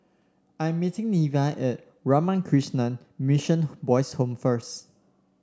I'm meeting Neva at Ramakrishna Mission Boys' Home first